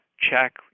check